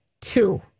two